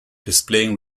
displaying